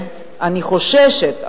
אני חוששת,